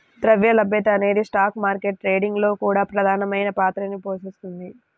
ద్రవ్య లభ్యత అనేది స్టాక్ మార్కెట్ ట్రేడింగ్ లో కూడా ప్రధానమైన పాత్రని పోషిస్తుంది